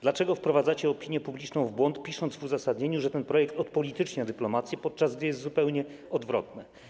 Dlaczego wprowadzacie opinię publiczną w błąd, pisząc w uzasadnieniu, że ten projekt odpolitycznia dyplomację, podczas gdy jest zupełnie odwrotnie?